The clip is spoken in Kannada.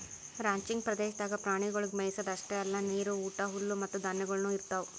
ರಾಂಚಿಂಗ್ ಪ್ರದೇಶದಾಗ್ ಪ್ರಾಣಿಗೊಳಿಗ್ ಮೆಯಿಸದ್ ಅಷ್ಟೆ ಅಲ್ಲಾ ನೀರು, ಊಟ, ಹುಲ್ಲು ಮತ್ತ ಧಾನ್ಯಗೊಳನು ಇರ್ತಾವ್